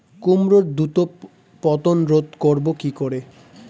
কুমড়োর দ্রুত পতন রোধ করব কি করে?